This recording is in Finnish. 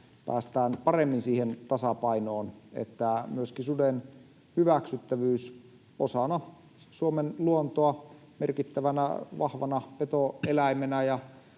myötä päästään paremmin siihen tasapainoon, että myöskin suden hyväksyttävyys osana Suomen luontoa — merkittävänä, vahvana petoeläimenä